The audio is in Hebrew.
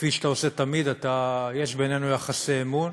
כפי שאתה עושה תמיד, יש בינינו יחסי אמון,